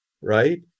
right